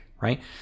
Right